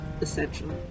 essential